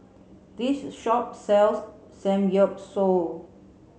this shop sells Samgeyopsal